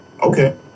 okay